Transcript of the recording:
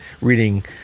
reading